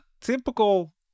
typical